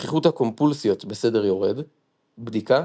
שכיחות הקומפולסיות בסדר יורד בדיקה,